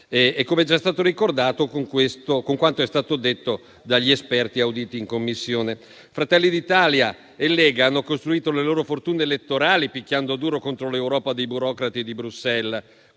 come è già stato rilevato prima di me dal senatore Calenda e dagli esperti auditi in Commissione. Fratelli d'Italia e Lega hanno costruito le loro fortune elettorali picchiando duro contro l'Europa dei burocrati di Bruxelles,